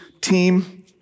team